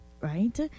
right